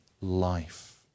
life